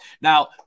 Now